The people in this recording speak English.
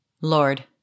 Lord